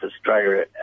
Australia